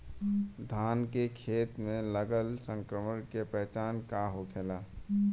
धान के खेत मे लगल संक्रमण के पहचान का होखेला?